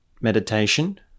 meditation